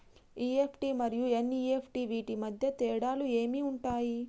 EFT మరియు NEFT వీటి మధ్య తేడాలు ఏమి ఉంటాయి?